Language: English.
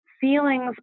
feelings